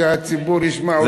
שהציבור ישמע אותנו.